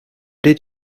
did